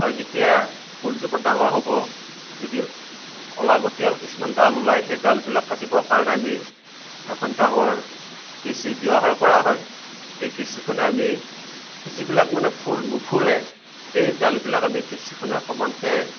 আৰু যেতিয়া ফুলজোপা ডাঙৰ হ'ব তেতিয়া অলাগতীয়াল কিছুমান ডাল ওলাই সেই ডালবিলাক কাটিবৰ কাৰণে আমি এখন ডাঙৰ কেঁচী ব্যৱহাৰ কৰা হয় সেই কেঁচীখনে আমি যিবিলাক মানে ফুল নুফুলে সেই ডালবিলাক আমি কেঁচীখনে সমানকে